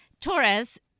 torres